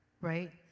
right